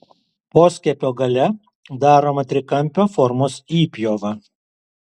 poskiepio gale daroma trikampio formos įpjova